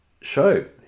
show